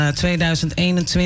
2021